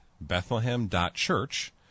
Bethlehem.Church